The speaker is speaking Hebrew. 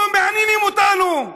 לא מעניינים אותנו.